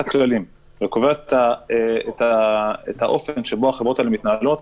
הכללים ואת האופן שבו החברות האלה מתנהלות,